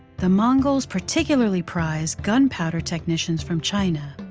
the mongols particularly prized gunpowder technicians from china.